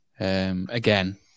Again